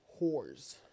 whores